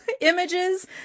images